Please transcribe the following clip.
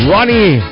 Ronnie